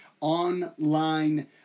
online